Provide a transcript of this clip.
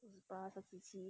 五十八三十七